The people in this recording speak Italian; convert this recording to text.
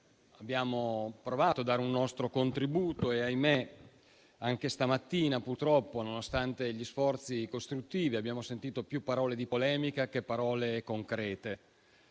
abbiamo provato a dare un nostro contributo, ma - ahimè - anche stamattina, purtroppo, nonostante gli sforzi costruttivi, abbiamo sentito parole più di polemica che concrete.